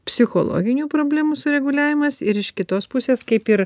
psichologinių problemų sureguliavimas ir iš kitos pusės kaip ir